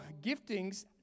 giftings